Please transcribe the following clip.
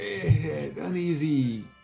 uneasy